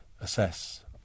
assess